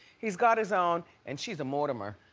he's got his own and she's a mortimer.